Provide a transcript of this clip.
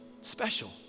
Special